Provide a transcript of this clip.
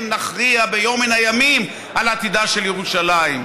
נכריע ביום מן הימים את עתידה של ירושלים.